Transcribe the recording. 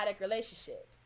relationship